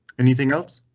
anything else?